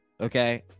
Okay